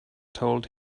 told